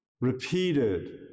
repeated